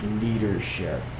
leadership